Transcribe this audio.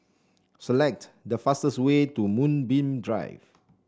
select the fastest way to Moonbeam Drive